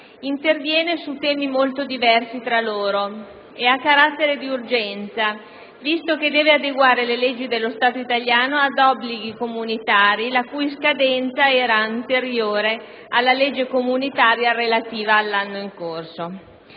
interviene su temi molto diversi tra loro e ha carattere di urgenza, visto che deve adeguare le leggi dello Stato italiano ad obblighi comunitari la cui scadenza era anteriore alla legge comunitaria relativa all'anno in corso.